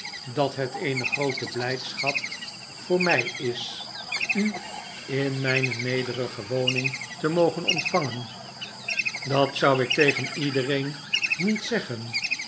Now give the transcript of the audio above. dat het eene groote blijdschap voor mij is u in mijne nederige woning te mogen ontvangen dat zou ik tegen iedereen niet zeggen